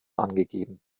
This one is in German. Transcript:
angegeben